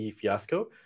fiasco